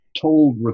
told